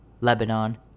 Lebanon